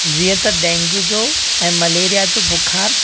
जीअं त डैंगू जो ऐं मलेरिया जो बुख़ारु